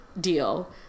Deal